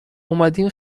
اومدیم